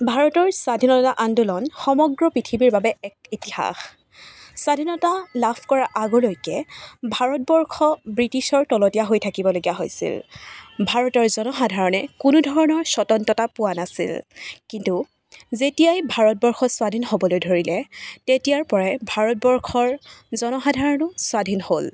ভাৰতৰ স্বাধীনতা আন্দোলন সমগ্ৰ পৃথিৱীৰ বাবে এক ইতিহাস স্বাধীনতা লাভ কৰা আগলৈকে ভাৰতবৰ্ষ ব্ৰিটিছৰ তলতীয়া হৈ থাকিবলগীয়া হৈছিল ভাৰতৰ জনসাধাৰণে কোনো ধৰণৰ স্বতন্ত্ৰতা পোৱা নাছিল কিন্তু যেতিয়াই ভাৰতবৰ্ষ স্বাধীন হ'বলৈ ধৰিলে তেতিয়াৰ পৰাই ভাৰতবৰ্ষৰ জনসাধাৰণো স্বাধীন হ'ল